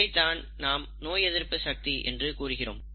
இதைத்தான் நாம் நோய் எதிர்ப்பு சக்தி என்று கூறுகிறோம்